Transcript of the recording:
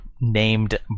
named